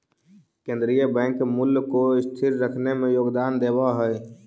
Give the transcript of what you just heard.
केन्द्रीय बैंक मूल्य को स्थिर रखने में योगदान देवअ हई